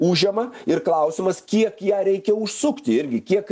užima ir klausimas kiek ją reikia užsukti irgi kiek